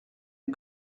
are